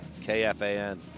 KFAN